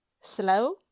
slow